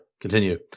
continue